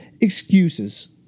excuses